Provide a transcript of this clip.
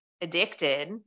addicted